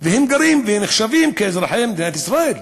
והם גרים ונחשבים כאזרחי מדינת ישראל.